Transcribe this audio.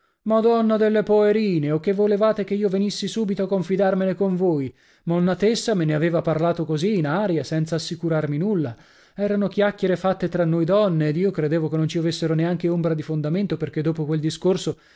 madonna delle poerine o che volevate che io venissi subito a confidarmene con voi monna tessa me ne aveva parlato così in aria senza assicurarmi nulla erano chiacchiere fatte tra noi donne ed io credevo che non ci avessero neanche ombra di fondamento perchè dopo quel discorso